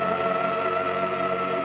and